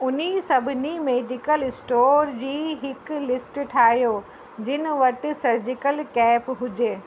उनी सभिनी medical store जी हिकु लिस्ट ठाहियो जिन वटि सर्जिकल कैप हुजे